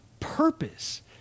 purpose